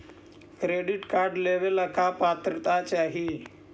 Credit card लेवेला का पात्रता चाही?